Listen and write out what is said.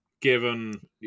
given